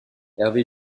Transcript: hervé